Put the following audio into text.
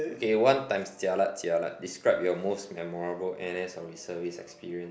K one times jialat jialat describe your most memorable and N_S or reservice experience